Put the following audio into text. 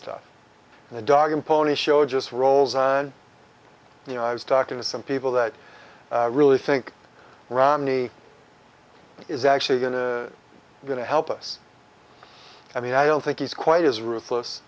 stuff and the dog and pony show just rolls on the i was talking to some people that really think romney is actually going to going to help us i mean i don't think he's quite as ruthless